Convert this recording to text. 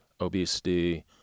obesity